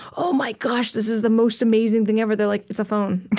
oh, my gosh, this is the most amazing thing ever. they're like, it's a phone.